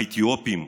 האתיופים,